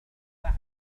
بعد